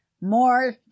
more